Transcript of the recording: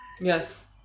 yes